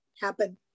happen